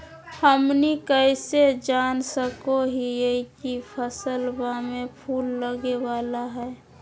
हमनी कइसे जान सको हीयइ की फसलबा में फूल लगे वाला हइ?